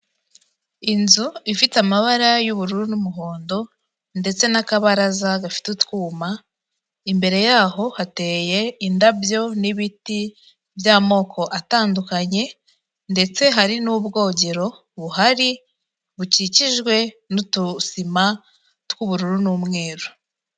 Inzu ifite amabara y'ubururu n'umuhondo ndetse n'akabaraza gafite utwuma, imbere yaho hateye indabyo n'ibiti by'amoko atandukanye, ndetse hari n'ubwogero buhari bukikijwe n'udusima tw'ubururu n'umweru.